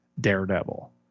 Daredevil